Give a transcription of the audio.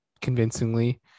convincingly